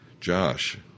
Josh